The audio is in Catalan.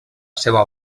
seva